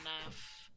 enough